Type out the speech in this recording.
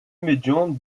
médian